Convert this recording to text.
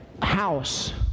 house